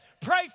Pray